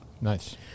Nice